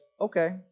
okay